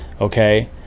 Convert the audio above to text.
okay